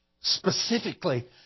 specifically